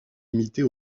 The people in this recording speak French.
limitée